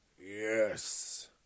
Yes